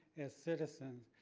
as citizens,